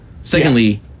Secondly